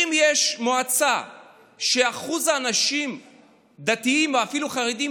ואם יש מועצה שבה אחוז האנשים הדתיים או אפילו החרדים